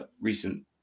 recent